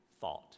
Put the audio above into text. thought